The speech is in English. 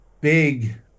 big